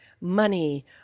money